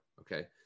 Okay